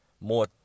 more